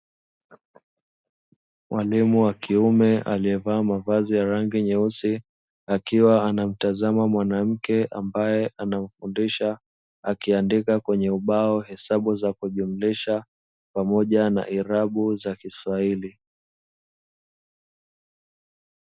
Mwalimu wakiume aliyevaa mavazi ya rangi nyeusi akiwa anamtizama mwanamke ambaye anafundisha akiandika kwenye ubao hesabu za kujumlisha, pamoja na irabu za kiswahili.